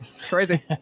Crazy